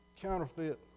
Counterfeit